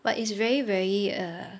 but it's very very uh